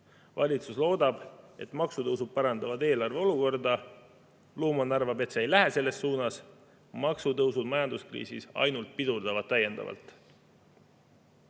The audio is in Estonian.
Valitsus loodab, et maksutõusud parandavad eelarve olukorda, Luman arvab, et see ei lähe selles suunas, maksutõusud majanduskriisis ainult pidurdavad täiendavalt.